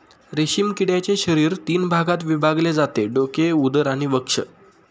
रेशीम किड्याचे शरीर तीन भागात विभागले जाते डोके, उदर आणि वक्ष